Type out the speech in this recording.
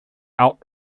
out